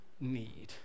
need